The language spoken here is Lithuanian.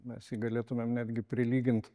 mes jį galėtumėm netgi prilygint